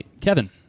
Kevin